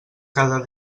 cada